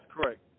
correct